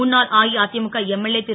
முன்னாள் அஇஅதிமுக எம்எல்ஏ திரு